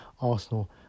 Arsenal